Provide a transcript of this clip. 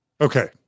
Okay